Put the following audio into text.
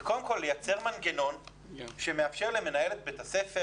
זה קודם כול לייצר מנגנון שמאפשר למנהלת בית הספר